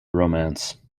romance